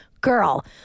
Girl